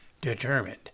determined